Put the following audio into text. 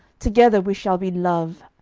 together we shall be love.